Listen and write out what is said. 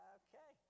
okay